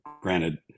granted